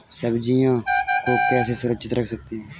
सब्जियों को कैसे सुरक्षित रख सकते हैं?